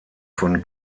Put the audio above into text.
von